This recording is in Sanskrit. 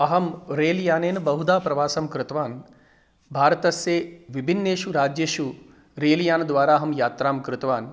अहं रेल्यानेन बहुधा प्रवासं कृतवान् भारतस्य विभिन्नेषु राज्येषु रेल्यानद्वारा अहं यात्रां कृतवान्